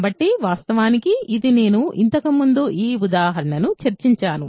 కాబట్టి వాస్తవానికి ఇది నేను ఇంతకు ముందు ఈ ఉదాహరణను చర్చించాను